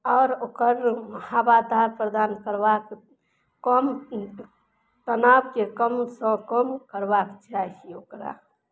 आओर ओकर हवादार प्रदान करबाक कम तनावके कमसँ कम करबाक चाही ओकरा